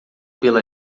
pela